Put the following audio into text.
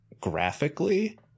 graphically